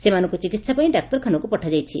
ସେମାନଙ୍କୁ ଚିକିହା ପାଇଁ ଡାକ୍ତରଖାନାକୁ ପଠାଯାଇଛି